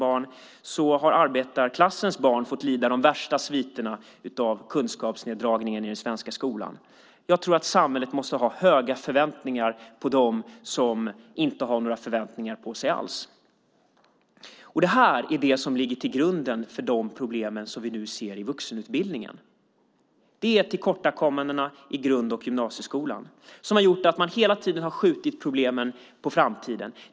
Det är arbetarklassens barn som har fått lida värst av sviterna av kunskapsneddragningen i den svenska skolan. Jag tror att samhället måste ha höga förväntningar på dem som inte har några förväntningar alls på sig. Detta är det som ligger till grund för de problem som vi nu ser i vuxenutbildningen. Det är tillkortakommanden i grund och gymnasieskolan som har gjort att man hela tiden har skjutit problemen på framtiden.